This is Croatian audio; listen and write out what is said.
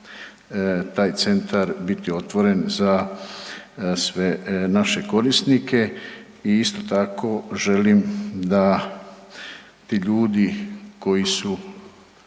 taj centar biti otvoren za sve naše korisnike i isto tako, želim da ti ljudi koji su